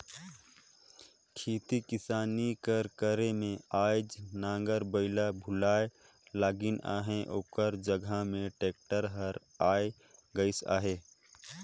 खेती किसानी कर करे में आएज नांगर बइला भुलाए लगिन अहें ओकर जगहा में टेक्टर हर आए गइस अहे